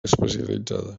especialitzada